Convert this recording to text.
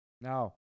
Now